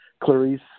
Clarice